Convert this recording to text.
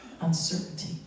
uncertainty